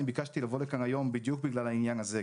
אני ביקשתי לבוא לכאן היום בדיוק בגלל העניין הזה.